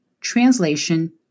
translation